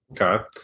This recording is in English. Okay